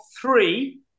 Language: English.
three